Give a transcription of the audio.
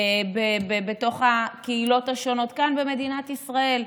בתוך הקהילות השונות כאן במדינת ישראל,